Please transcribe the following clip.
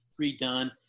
redone